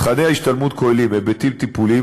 תוכני ההשתלמות כוללים היבטים טיפוליים,